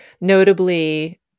notably